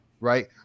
right